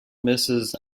mrs